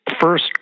first